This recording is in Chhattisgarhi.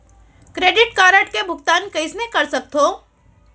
क्रेडिट कारड के भुगतान कइसने कर सकथो?